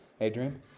Adrian